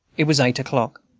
it was eight o'clock.